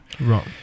right